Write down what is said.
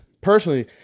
personally